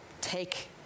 take